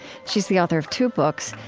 she's the author of two books,